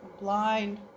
Blind